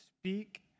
speak